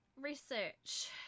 Research